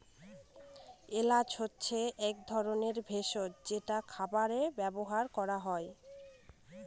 এলাচ হচ্ছে এক ধরনের ভেষজ যেটা খাবারে ব্যবহার করা হয়